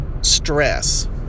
stress